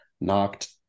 knocked